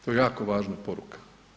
To je jako važna poruka.